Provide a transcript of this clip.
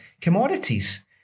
commodities